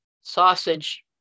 sausage